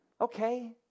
Okay